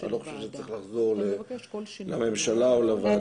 אני לא חושב שזה צריך לחזור לממשלה או לוועדה.